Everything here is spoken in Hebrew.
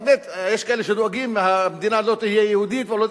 יש כאלה שדואגים אם המדינה הזאת תהיה יהודית או לא.